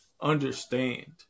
understand